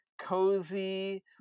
cozy